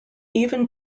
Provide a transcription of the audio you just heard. even